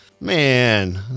Man